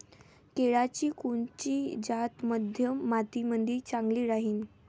केळाची कोनची जात मध्यम मातीमंदी चांगली राहिन?